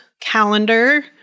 calendar